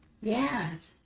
Yes